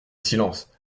silence